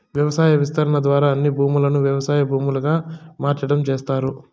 వ్యవసాయ విస్తరణ ద్వారా అన్ని భూములను వ్యవసాయ భూములుగా మార్సటం చేస్తారు